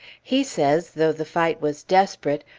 he says, though the fight was desperate,